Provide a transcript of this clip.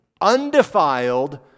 undefiled